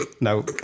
No